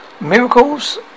miracles